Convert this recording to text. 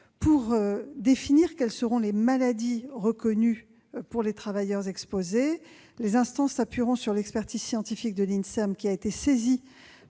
de définir quelles seront les maladies reconnues pour les travailleurs exposés. Ces instances s'appuieront sur l'expertise scientifique de l'INSERM, qui a été saisi